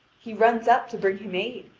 he runs up to bring him aid,